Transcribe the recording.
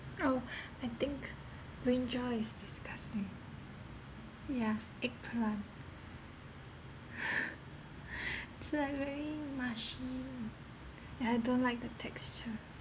oh I think brinjal is disgusting yeah eggplant it's like very mushy yeah I don't like the texture